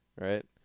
right